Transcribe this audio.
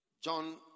John